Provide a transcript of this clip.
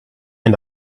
and